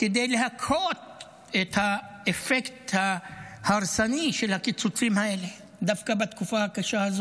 כדי להקהות את האפקט ההרסני של הקיצוצים האלה דווקא בתקופה הקשה הזאת.